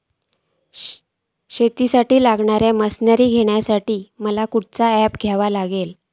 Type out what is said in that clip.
शेतीक लागणारे मशीनी घेवक खयचो ऍप घेवक होयो?